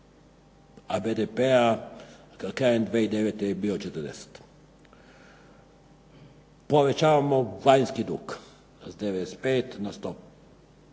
BDP-a, krajem 2009. je bio 40. Povećavamo vanjski dug s 95 na 100%.